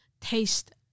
taste